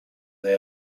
the